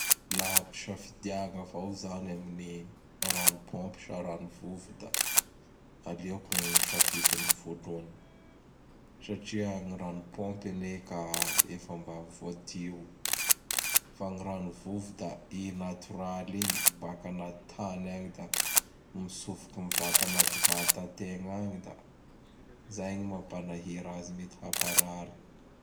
Laha hapisafidiagna avao zany ami'ny rano pômpy sa ranovovo da aleoko misafidy ny vôloany satria ny rano pômpy anie ka efa mba voadio fa gny rano vovo da i natoraly igny, baka anaty tagny agny; da mitsofoky mivanta anatitegna agny; da zay gny mapanahira azy mety haparary.